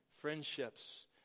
friendships